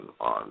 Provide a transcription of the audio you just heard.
on